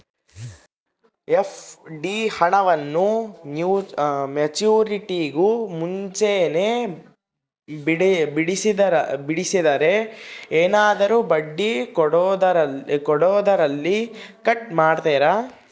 FD ಹಣವನ್ನು ಮೆಚ್ಯೂರಿಟಿಗೂ ಮುಂಚೆನೇ ಬಿಡಿಸಿದರೆ ಏನಾದರೂ ಬಡ್ಡಿ ಕೊಡೋದರಲ್ಲಿ ಕಟ್ ಮಾಡ್ತೇರಾ?